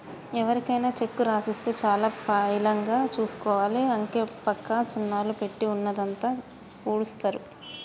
ఎవరికైనా చెక్కు రాసిస్తే చాలా పైలంగా చూసుకోవాలి, అంకెపక్క సున్నాలు పెట్టి ఉన్నదంతా ఊడుస్తరు